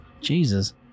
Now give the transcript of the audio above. Jesus